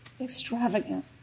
extravagant